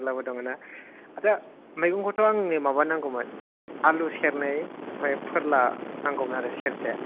फोरलाबो दङ ना आस्सा मैगंखौथ' आंनो माबा नांगौमोन आलु सेर नै आमफ्राय फोरला नांगौमोन सेर से